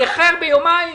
איחר ביומיים.